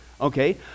okay